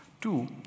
Two